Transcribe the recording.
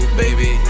baby